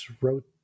wrote